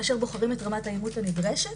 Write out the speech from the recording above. כאשר בוחרים את רמת האימות הנדרשת.